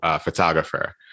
photographer